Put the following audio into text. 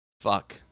Fuck